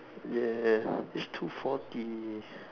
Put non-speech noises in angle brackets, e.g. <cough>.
ya <breath> it's two forty